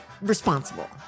responsible